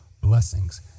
blessings